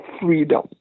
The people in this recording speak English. freedom